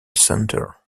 center